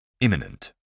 Imminent